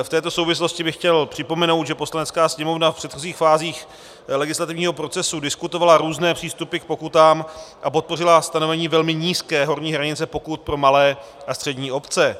V této souvislosti bych chtěl připomenout, že Poslanecká sněmovna v předchozích fázích legislativního procesu diskutovala různé přístupy k pokutám a podpořila stanovení velmi nízké horní hranice pokut pro malé a střední obce.